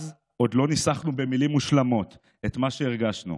אז, עוד לא ניסחנו במילים מושלמות את מה שהרגשנו,